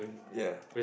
ya